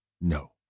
No